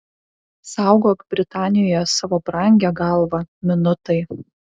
saugok britanijoje savo brangią galvą minutai